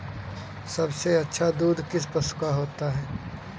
सबसे अच्छा दूध किस पशु का होता है?